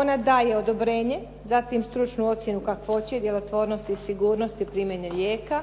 ona daje odobrenje, zatim stručnu ocjenu kakvoće i djelotvornosti i sigurnosti primjene lijeka,